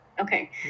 Okay